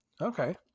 Okay